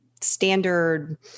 standard